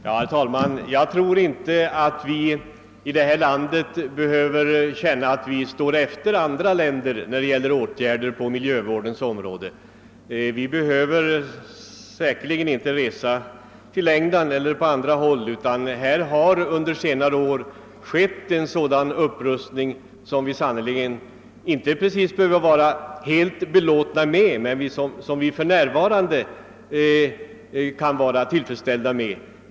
Herr talman! Jag tror inte att vi behöver känna, att vi står efter andra länder vad beträffar åtgärder på miljövårdens område. Vi behöver säkerligen inte resa till England eller till andra länder. Här i landet har under senare år skett en upprustning som vi visserligen inte kan vara helt belåtna med men som vi åtminstone för närvarande kan betrakta som mycket tillfredsställande.